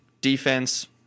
defense